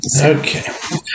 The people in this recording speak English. Okay